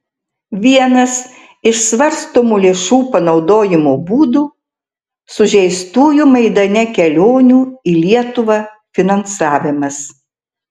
vienas iš svarstomų lėšų panaudojimo būdų sužeistųjų maidane kelionių į lietuvą finansavimas